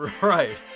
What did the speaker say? Right